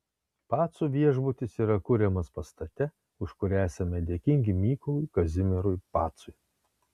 pacų viešbutis yra kuriamas pastate už kurį esame dėkingi mykolui kazimierui pacui